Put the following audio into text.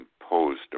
imposed